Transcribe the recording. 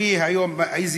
תני